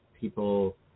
people